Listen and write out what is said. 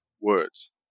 words